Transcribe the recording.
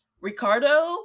Ricardo